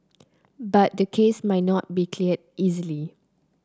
but the case might not be cleared easily